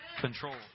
control